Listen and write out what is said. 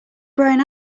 brian